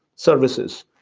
services,